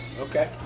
okay